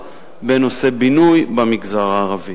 בנושא בינוי במגזר הערבי.